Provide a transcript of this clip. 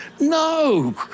no